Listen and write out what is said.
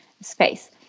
space